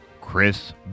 Chris